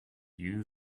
you